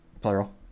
Plural